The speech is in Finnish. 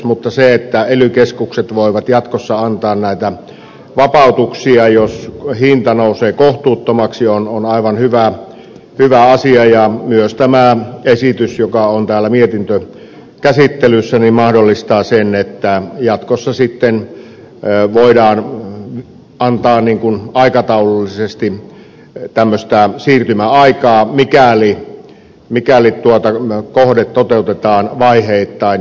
mutta se että ely keskukset voivat jatkossa antaa näitä vapautuksia jos hinta nousee kohtuuttomaksi on aivan hyvä asia ja myös tämä esitys joka on täällä mietintökäsittelyssä mahdollistaa sen että jatkossa sitten voidaan antaa aikataulullisesti siirtymäaikaa mikäli kohde toteutetaan vaiheittain